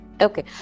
Okay